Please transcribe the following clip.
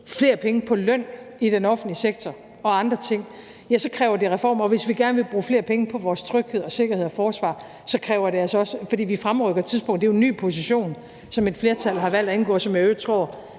flere penge på løn i den offentlige sektor og andre ting, ja, så kræver det reformer. Og hvis vi gerne vil bruge flere penge på vores tryghed, sikkerhed og forsvar, så kræver det altså også finansiering. For vi fremrykker tidspunktet; det er jo en ny position, som et flertal har valgt at indgå, hvilket